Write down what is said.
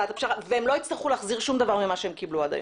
הם לא יצטרכו להחזיר שום דבר ממה שקיבלו עד היום.